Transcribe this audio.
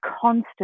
constant